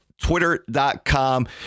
twitter.com